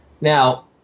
Now